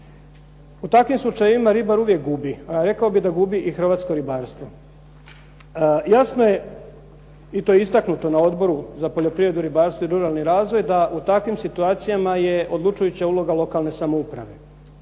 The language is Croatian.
U takvim slučajevima ribar uvijek gubi, a rekao bih da gubi i hrvatsko ribarstvo. Jasno je i to je istaknuto na Odboru za poljoprivredu, ribarstvo i ruralni razvoj, da u takvim situacijama je odlučujuća uloga lokalne samouprave.